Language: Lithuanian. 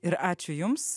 ir ačiū jums